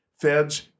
Feds